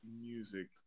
music